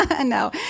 no